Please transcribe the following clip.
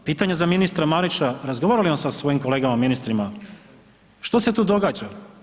Pitanje za ministra Marića, razgovara li on sa svojim kolegama ministrima što se to događa?